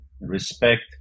respect